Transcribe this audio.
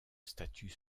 statut